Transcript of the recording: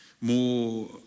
More